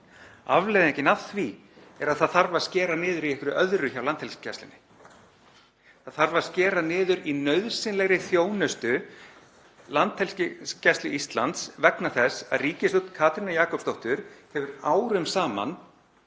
Afleiðingin af því er að það þarf að skera niður í einhverju öðru hjá Landhelgisgæslunni. Það þarf að skera niður í nauðsynlegri þjónustu Landhelgisgæslu Íslands vegna þess að ríkisstjórn Katrínar Jakobsdóttur hefur árum saman